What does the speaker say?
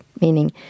meaning